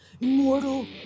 Immortal